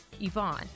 Yvonne